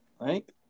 Right